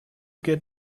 get